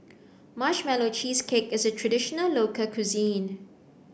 Marshmallow Cheesecake is a traditional local cuisine